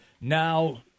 now